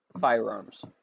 firearms